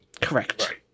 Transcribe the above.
Correct